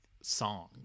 song